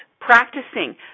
practicing